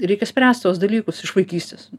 reikia spręst tuos dalykus iš vaikystės